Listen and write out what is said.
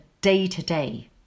day-to-day